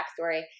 backstory